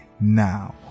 now